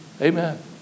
Amen